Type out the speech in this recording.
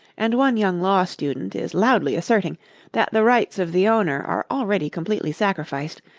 and one young law student is loudly asserting that the rights of the owner are already completely sacrificed,